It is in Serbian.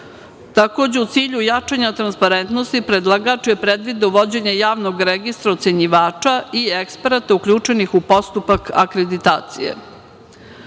zakona. Takođe, u cilju jačanja transparentnosti predlagač je predvideo vođenje javnog registra ocenjivača i eksperata uključenih u postupak akreditacije.